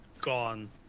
gone